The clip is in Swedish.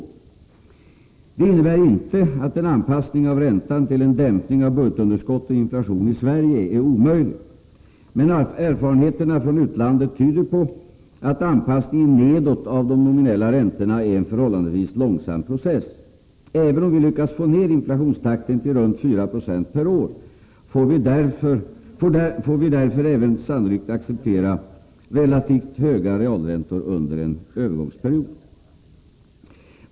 Detta innebär inte att en anpassning av räntan till en dämpning av budgetunderskott och inflation i Sverige är omöjlig. Men erfarenheterna från utlandet tyder på att anpassningen nedåt av de nominella räntorna är en förhållandevis långsam process. Även om vi lyckas få ner inflationstakten till runt 4 96 per år, får därför även vi sannolikt acceptera relativt höga realräntor under en övergångsperiod.